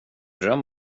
dröm